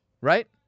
right